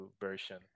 version